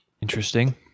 Interesting